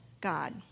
God